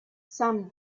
some